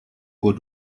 uhr